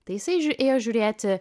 tai jisai žiū ėjo žiūrėti